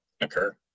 occur